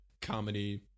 comedy